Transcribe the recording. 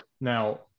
Now